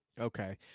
Okay